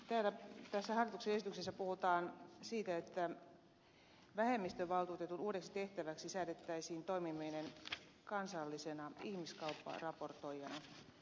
tässä hallituksen esityksessä puhutaan siitä että vähemmistövaltuuten uudeksi tehtäväksi säädettäisiin toimiminen kansallisena ihmiskaupparaportoijana